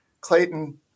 Clayton